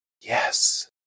Yes